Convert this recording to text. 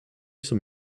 some